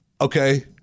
okay